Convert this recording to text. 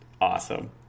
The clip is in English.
awesome